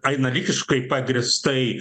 analitiškai pagrįstai